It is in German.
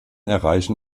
erreichen